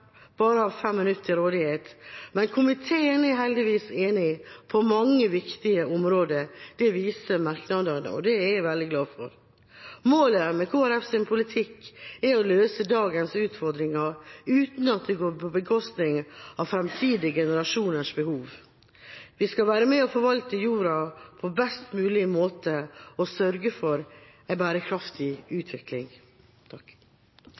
bare har 5 minutter til rådighet, men komiteen er heldigvis enig på mange viktige områder. Det viser merknadene, og det er jeg veldig glad for. Målet med Kristelig Folkepartis politikk er å løse dagens utfordringer uten at det går på bekostning av fremtidige generasjoners behov. Vi skal være med og forvalte jorda på best mulig måte og sørge for en bærekraftig utvikling.